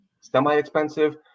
semi-expensive